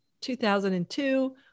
2002